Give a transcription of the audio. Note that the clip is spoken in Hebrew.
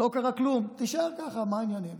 לא קרה כלום, תישאר ככה, מה העניינים?